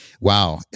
wow